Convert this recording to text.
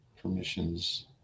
permissions